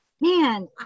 man